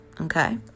okay